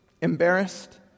embarrassed